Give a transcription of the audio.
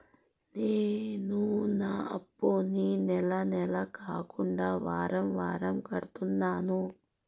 నేను నా అప్పుని నెల నెల కాకుండా వారం వారం కడుతున్నాను